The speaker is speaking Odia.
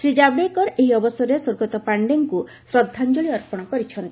ଶ୍ରୀ ଜାବଡେକର ଏହି ଅବସରରେ ସ୍ୱର୍ଗତ ପାଣ୍ଡେଙ୍କୁ ଶ୍ରଦ୍ଧାଞ୍ଚଳି ଅର୍ପଣ କରିଛନ୍ତି